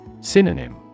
Synonym